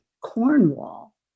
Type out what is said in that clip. Cornwall